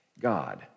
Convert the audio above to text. God